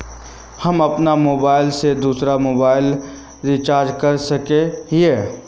हम अपन मोबाईल से दूसरा के मोबाईल रिचार्ज कर सके हिये?